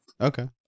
Okay